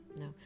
no